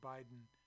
Biden-